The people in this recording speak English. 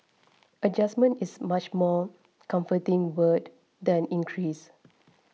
adjustment is much more comforting word than increase